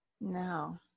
No